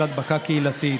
של הדבקה קהילתית.